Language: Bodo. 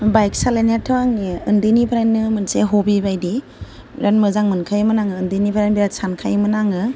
बाइक सालायनायाथ' आंनि उन्दैनिफ्रायनो मोनसे हबि बायदि बिराद मोजां मोनखायोमोन आङो उन्दैनिफ्रायनो बिराद सानखायोमोन आङो